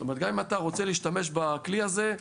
זאת אומרת, גם אם אתה רוצה להשתמש בכלי הזה,